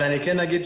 אבל אני כן אגיד,